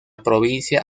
provincia